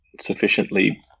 sufficiently